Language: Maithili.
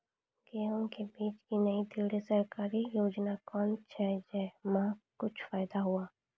गेहूँ के बीज की नई दिल्ली सरकारी योजना कोन छ जय मां कुछ फायदा हुआ?